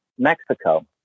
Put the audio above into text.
Mexico